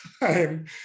time